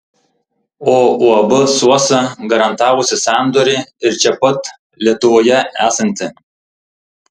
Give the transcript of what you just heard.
o uab suosa garantavusi sandorį ir čia pat lietuvoje esanti